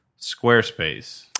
Squarespace